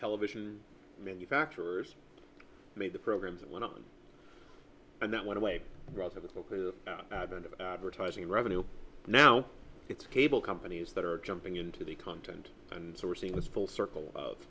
television manufacturers made the programs that went on and that went away rather than advertising revenue now it's cable companies that are jumping into the content and sourcing was full circle of